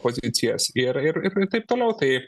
pozicijas ir ir ir taip toliau tai